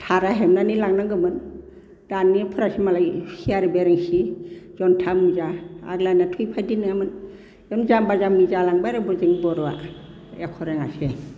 दारा हेबनानै लांनांगौमोन दानिफ्रासो मालाय चेर बिरेनसि जन्था मुजा आग्लानाथ' इबादि नङामोन इयावनो जाम्बा जाम्बि जालांबाय आरो जोंनि बर'आ एख' रोङासै